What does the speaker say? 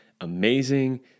amazing